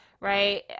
Right